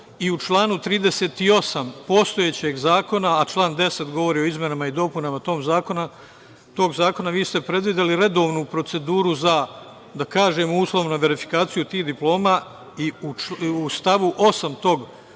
i u članu 38. postojećeg zakona, a član 10. govori o izmenama i dopunama tog zakona, vi ste predvideli redovnu proceduru za, da kažem uslovno, verifikaciju tih diploma i u stavu 8. tog